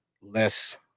less